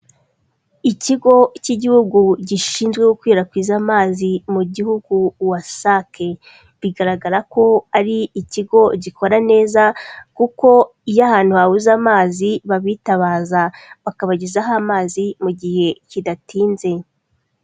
Ikigo cy'igihugu gishinzwe gukwirakwiza amazi mu gihugu wasake, bigaragara ko ari ikigo gikora neza, kuko iyo ahantu habuze amazi babitabaza bakabagezaho amazi mu gihe kidatinze.